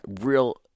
real